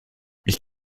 ich